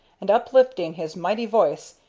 and, uplifting his mighty voice,